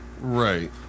Right